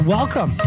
Welcome